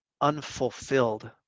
unfulfilled